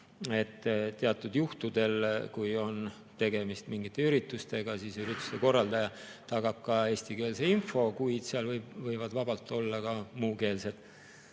et teatud juhtudel, kui on tegemist mingi üritusega, ürituse korraldaja tagab ka eestikeelse info, kuid seal võivad vabalt olla ka muukeelsed